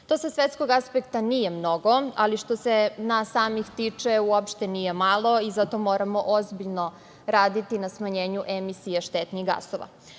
To sa svetskog aspekta nije mnogo, ali što se nas samih tiče uopšte nije malo i zato moramo ozbiljno raditi na smanjenju emisije štetnih gasova.